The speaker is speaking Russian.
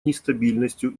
нестабильностью